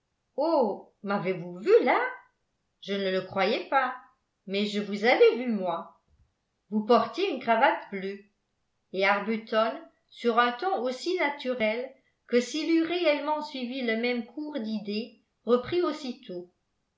oh m'avez-vous vue là je ne le croyais pas mais je vous avais vu moi vous portiez une cravate bleue et arbuton sur un ton aussi naturel que s'il eût réellement suivi le même cours d'idées reprit aussitôt